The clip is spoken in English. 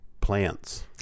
plants